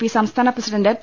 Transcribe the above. P സംസ്ഥാന president P